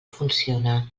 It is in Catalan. funciona